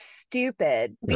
stupid